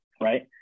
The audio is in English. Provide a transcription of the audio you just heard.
Right